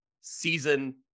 season